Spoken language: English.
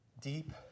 deep